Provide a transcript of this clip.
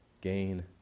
gain